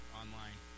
online